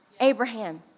Abraham